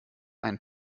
ein